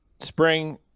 Spring